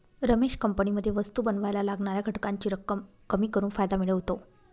रमेश कंपनीमध्ये वस्तु बनावायला लागणाऱ्या घटकांची रक्कम कमी करून फायदा मिळवतो